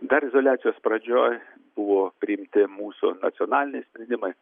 dar izoliacijos pradžioj buvo priimti mūsų nacionaliniai sprendimai